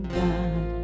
god